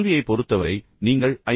கல்வியைப் பொறுத்தவரை நீங்கள் ஐ